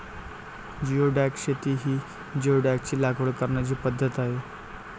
geoduck शेती ही जिओडॅकची लागवड करण्याची पद्धत आहे